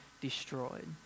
destroyed